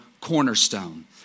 cornerstone